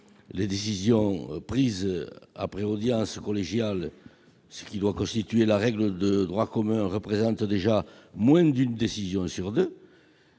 les décisions prises après audience collégiale- cela devrait constituer la règle de droit commun -représentent déjà moins d'une décision sur deux.